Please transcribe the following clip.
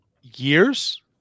years